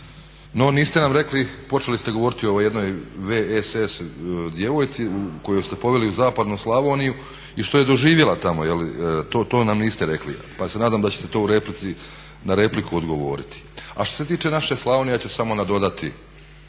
No niste nam rekli, počeli ste govoriti o jednoj VSS djevojci koju ste poveli u zapadnu Slavoniju i što je doživjela tamo, to nam niste rekli pa se nadam da ćete to u replici, na repliku odgovoriti. A što se tiče naše Slavonije, ja ću samo nadodati